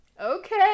Okay